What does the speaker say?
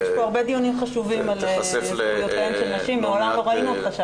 יש כאן הרבה דיונים חשובים ומעולם לא ראינו אותם בהם.